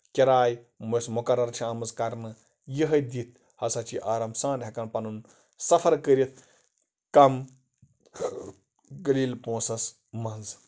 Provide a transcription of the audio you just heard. کِراے یُس مُقرر چھُ آمٕژ کرنہٕ یِہے دِتھ ہسا چھُ یہِ آرام سان ہٮ۪کان پَنُن سَفر کٔرِتھ کَم غریٖل پونسَس منٛز